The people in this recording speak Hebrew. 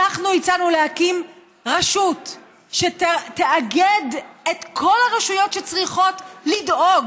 אנחנו הצענו להקים רשות שתאגד את כל הרשויות שצריכות לדאוג